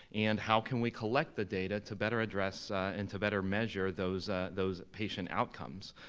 and how can we collect the data to better address and to better measure those ah those patient outcomes?